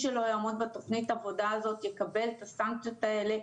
שלא יעמוד בתוכנית העבודה הזאת יקבל את הסנקציות האלה.